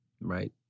Right